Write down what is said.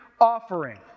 offering